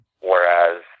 whereas